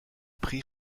prix